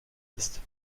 ist